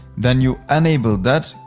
then you enable that,